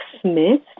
Smith